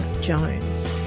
Jones